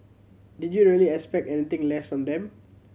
did you really expect anything less from them